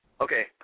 Okay